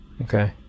Okay